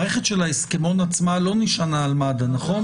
מערכת ההסכמון עצמה לא נשענה על מד"א, נכון?